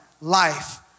life